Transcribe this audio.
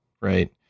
right